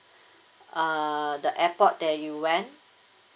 err the airport that you went